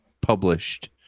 published